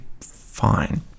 fine